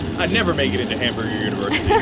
i've never made it into every universal